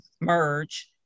merge